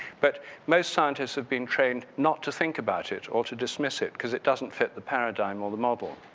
but most scientists have been trained not to think about it or to dismiss it because it doesn't fit the paradigm or the model.